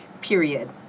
period